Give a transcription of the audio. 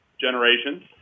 generations